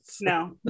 No